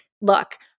look